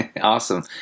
Awesome